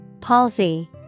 Palsy